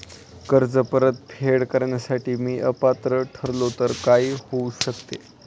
कर्ज परतफेड करण्यास मी अपात्र ठरलो तर काय होऊ शकते?